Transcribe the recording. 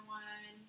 one